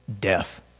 death